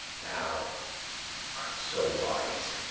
thou art so wise,